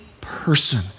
person